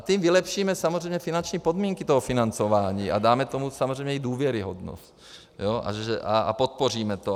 Tím vylepšíme samozřejmě finanční podmínky toho financování a dáme tomu samozřejmě i důvěryhodnost a podpoříme to.